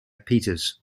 peters